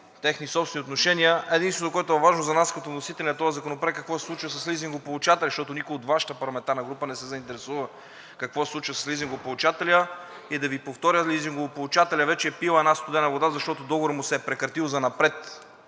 техни собствени отношения. Единственото, което е важно за нас като вносители на този законопроект, е, какво се случва с лизингополучателя, защото никой от Вашата парламентарна група не се заинтересува какво се случва с лизингополучателя. И да Ви повторя, лизингополучателят вече е пил една студена вода, защото договорът му се е прекратил занапред,